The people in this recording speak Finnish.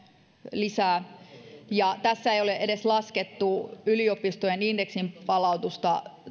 lisää ja tuohon yhtälöön ei ole edes laskettu yliopistojen indeksin palautusta